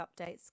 updates